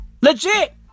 Legit